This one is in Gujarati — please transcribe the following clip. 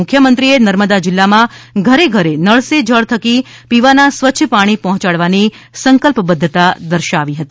મુખ્યમંત્રીએ નર્મદા જિલ્લામાં ઘરે ઘરે નળ સે જલ થકી પીવાના સ્વચ્છ પાણી પહોંચાડવાની સંકલ્પબધ્ધતા દર્શાવી હતી